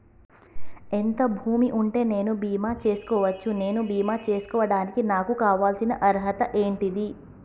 ఎంత భూమి ఉంటే నేను బీమా చేసుకోవచ్చు? నేను బీమా చేసుకోవడానికి నాకు కావాల్సిన అర్హత ఏంటిది?